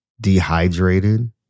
dehydrated